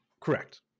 Correct